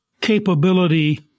capability